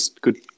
good